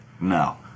No